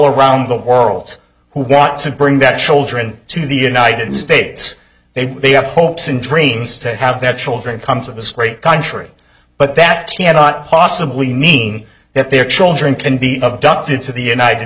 around the world who got sent bring that children to the united states and they have hopes and dreams to have that children comes of this great country but that cannot possibly mean that their children can be abducted to the united